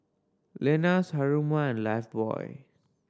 Lenas Haruma and Lifebuoy